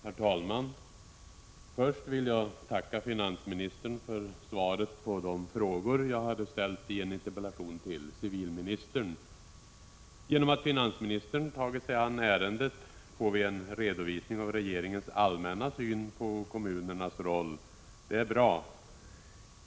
Herr talman! Först vill jag tacka finansministern för svaret på de frågor jag ställt i en interpellation till civilministern. Genom att finansministern tagit sig an ärendet får vi en redovisning av regeringens allmänna syn på kommunernas roll. Det är bra.